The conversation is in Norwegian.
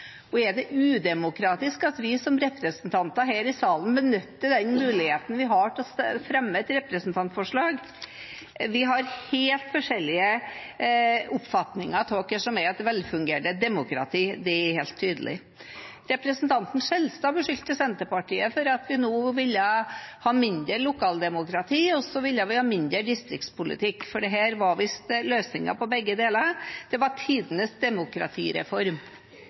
Er det udemokratisk at vi som representanter her i salen benytter de mulighetene vi har til å fremme representantforslag? Vi har helt forskjellige oppfatninger av hva som er et velfungerende demokrati – det er helt tydelig. Representanten Skjelstad beskyldte Senterpartiet for å ville ha mindre lokaldemokrati og mindre distriktspolitikk, for dette var visst løsningen på begge deler. Det var tidenes demokratireform.